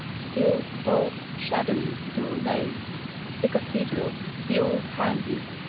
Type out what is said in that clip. still, cold, shadowy it all lay the cathedral, the old houses,